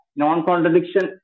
non-contradiction